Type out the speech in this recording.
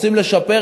רוצים לשפר?